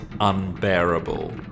unbearable